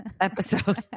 episode